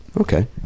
Okay